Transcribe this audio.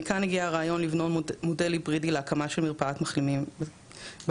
מכאן הגיע הרעיון לבנות מודל היברידי להקמה של מרפאת מחלימים בקהילה.